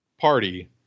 party